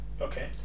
Okay